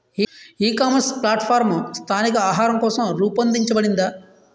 ఈ ecommerce platform స్థానిక ఆహారం కోసం రూపొందించబడిందా?